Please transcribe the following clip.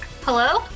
Hello